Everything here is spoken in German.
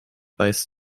weiß